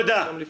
לא לא